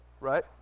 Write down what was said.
Right